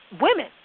Women